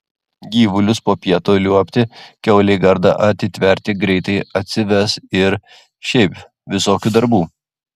gyvulius po pietų liuobti kiaulei gardą atitverti greitai atsives ir šiaip visokių darbų